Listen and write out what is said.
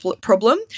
problem